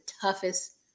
toughest